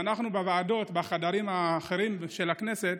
בוועדות, בחדרים האחרים של הכנסת,